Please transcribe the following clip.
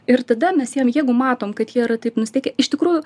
ir tada mes jiem jeigu matom kad jie yra taip nusiteikę iš tikrųjų